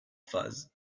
phases